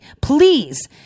please